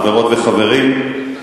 חברות וחברים,